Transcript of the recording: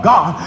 God